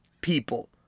people